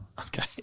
Okay